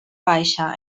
baixa